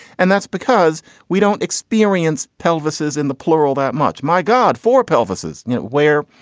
and that's because we don't experience pelvises in the plural that much. my god, for pelvises. know where?